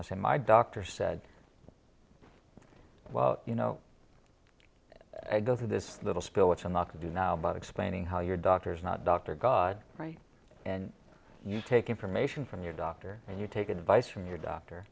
i say my doctor said well you know i go through this little spill it's a lot to do now about explaining how your doctor's not doctor god and you take information from your doctor and you take advice from your doctor